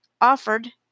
offered